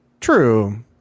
true